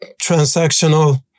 transactional